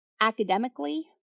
Academically